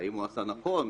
האם הוא עשה נכון?